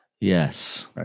Yes